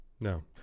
No